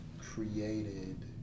created